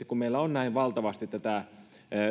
kun meillä on näin valtavasti tätä